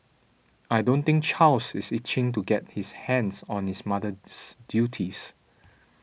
I don't think Charles is itching to get his hands on his mother's duties